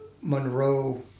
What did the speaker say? Monroe